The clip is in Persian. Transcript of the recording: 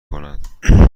کند